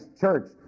church